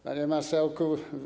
Panie Marszałku!